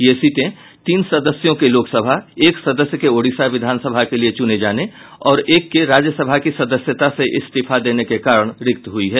ये सीटें तीन सदस्यों के लोकसभा एक सदस्य के ओडिशा विधानसभा के लिए चुने जाने और एक के राज्यसभा की सदस्यता से इस्तीफा दिए जाने के कारण रिक्त हुई हैं